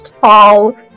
tall